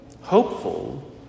Hopeful